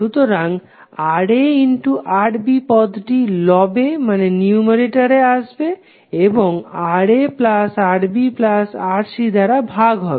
সুতরাং RaRb পদটি লবে আসবে এবং RaRbRc দ্বারা ভাগ হবে